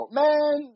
man